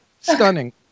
Stunning